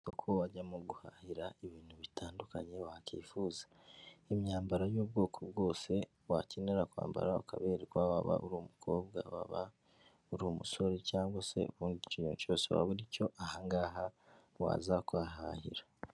Inyubako wajyamo guhahira ibintu bitandukanye wakwifuza, imyambaro y'ubwoko bwose wakenera kwambara ukaberwa waba uri umukobwa, waba uri umusore cyangwa se urumva igi ikintu cyose waba uricyo, aha ngaha waza kuhahahira.